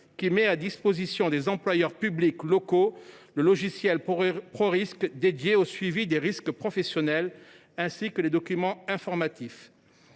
qui met à la disposition des employeurs publics locaux le logiciel Prorisq, dédié au suivi des risques professionnels, ainsi que des documents informatifs.